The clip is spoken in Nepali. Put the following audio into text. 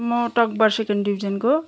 म टकबर सेकेन्ड डिभिजनको